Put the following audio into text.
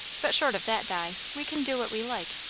but short of that, di, we can do what we like.